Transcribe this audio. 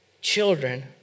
Children